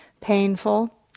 Painful